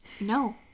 No